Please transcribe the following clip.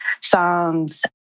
songs